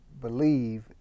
believe